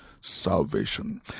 salvation